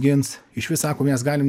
gins išvis sako mes galim